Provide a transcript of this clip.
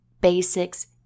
basics